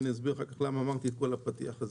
אסביר אחר כך למה אמרתי את כל הפתיח הזה.